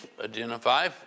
identify